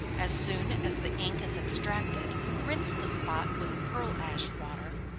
as soon as the ink is extracted, rinse the spot with pearl-ash water,